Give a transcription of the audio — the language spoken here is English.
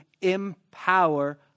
empower